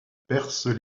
percent